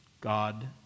God